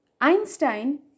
Einstein